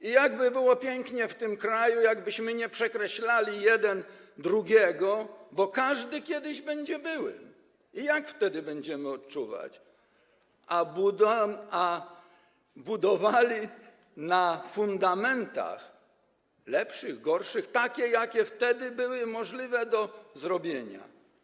I jak pięknie byłoby w tym kraju, gdybyśmy nie przekreślali jeden drugiego - bo każdy kiedyś będzie byłym i jak wtedy będziemy odczuwać - a budowali na fundamentach lepszych, gorszych, takich jakie wtedy były możliwe do zrobienia.